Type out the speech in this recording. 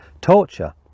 torture